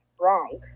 Wrong